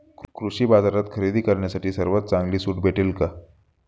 कृषी बाजारात खरेदी करण्यासाठी सर्वात चांगली सूट भेटेल का?